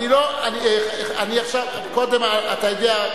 אתה יודע,